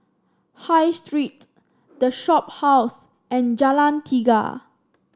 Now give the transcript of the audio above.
High Street The Shophouse and Jalan Tiga